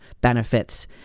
benefits